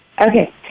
Okay